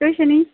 होर सनाओ